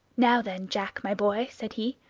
now then, jack, my boy, said he,